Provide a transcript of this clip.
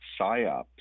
PSYOPs